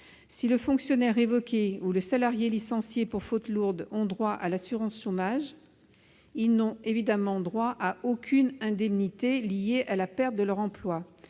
Si le fonctionnaire révoqué ou le salarié licencié pour faute lourde ont droit à l'assurance chômage, ils n'ont évidemment droit à aucune indemnité liée à la perte de leur emploi.